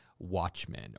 watchmen